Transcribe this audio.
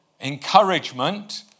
encouragement